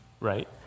Right